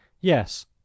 Yes